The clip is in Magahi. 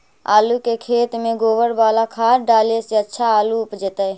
आलु के खेत में गोबर बाला खाद डाले से अच्छा आलु उपजतै?